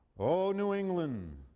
oh new england,